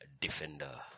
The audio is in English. defender